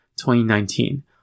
2019